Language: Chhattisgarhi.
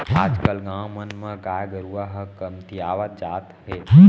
आज कल गाँव मन म गाय गरूवा ह कमतियावत जात हे